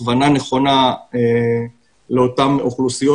הכוונה נכונה לאותן אוכלוסיות.